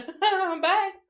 Bye